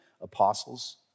apostles